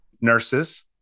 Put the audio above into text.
nurses